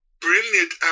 brilliant